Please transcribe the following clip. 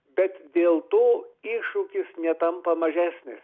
bet dėl to iššūkis netampa mažesnis